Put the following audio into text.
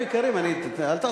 אבל איפה,